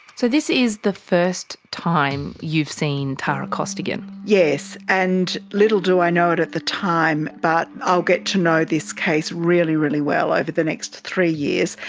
so this is the first time you've seen tara costigan? yes, and little do i know it at the time, but i'll get to know this case really, really well over the next three years.